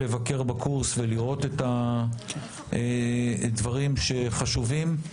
לבקר בקורס ולראות את הדברים שחשובים.